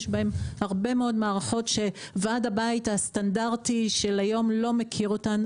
יש בהם הרבה מאוד מערכות שוועד הבית הסטנדרטי של היום לא מכיר אותן.